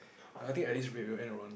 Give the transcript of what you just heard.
I think at this rate we will end around